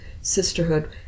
sisterhood